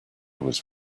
was